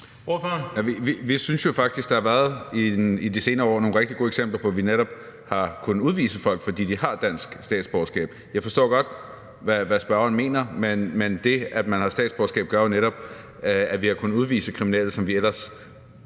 Vi synes jo faktisk, at der i de senere år har været nogle rigtig gode eksempler på, at vi netop har kunnet udvise folk, fordi de har dansk statsborgerskab. Jeg forstår godt, hvad spørgeren mener, men det, at man har statsborgerskab, gør jo netop, at vi har kunnet udvise kriminelle, som det ellers